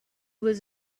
was